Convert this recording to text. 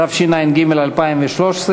התשע"ג 2013,